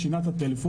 שינה את הטלפון,